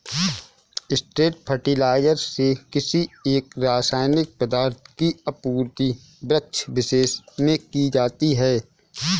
straight fertilizer से किसी एक रसायनिक पदार्थ की आपूर्ति वृक्षविशेष में की जाती है